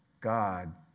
God